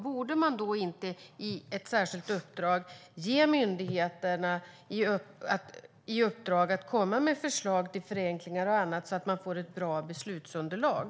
Borde då inte myndigheterna få i uppdrag att komma med förslag till förenklingar så att de får ett bra beslutsunderlag?